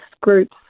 groups